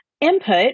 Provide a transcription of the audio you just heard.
input